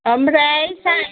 ओमफ्राय साहानि